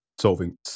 solving